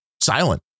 silent